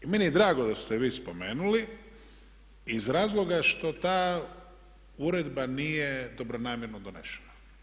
I meni je drago da ste vi spomenuli iz razloga što ta uredba nije dobronamjerno donešena.